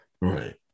right